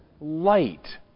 light